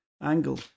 angle